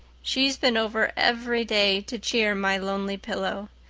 she's been over every day to cheer my lonely pillow.